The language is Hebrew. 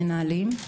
מנהלים,